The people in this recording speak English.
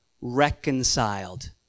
reconciled